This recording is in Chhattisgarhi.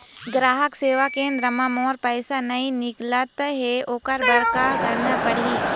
ग्राहक सेवा केंद्र म मोर पैसा नई निकलत हे, ओकर बर का करना पढ़हि?